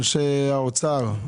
אנשי האוצר,